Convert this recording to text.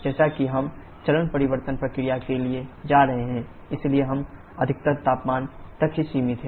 जैसा कि हम चरण परिवर्तन प्रक्रिया के लिए जा रहे हैं इसलिए हम अधिकतम तापमान तक ही सीमित हैं